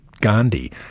Gandhi